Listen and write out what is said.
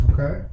Okay